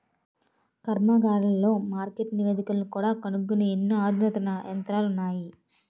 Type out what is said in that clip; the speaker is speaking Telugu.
కర్మాగారాలలో మార్కెట్ నివేదికలను కూడా కనుగొనే ఎన్నో అధునాతన యంత్రాలు ఉన్నాయి